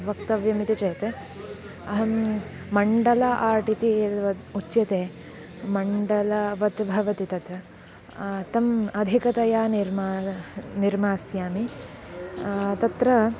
वक्तव्यम् इति चेत् अहं मण्डलम् आर्ट् इति यद् वद् उच्यते मण्डलम् वत् भवति तत् तम् अधिकतया निर्मार निर्मास्यामि तत्र